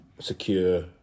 secure